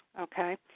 okay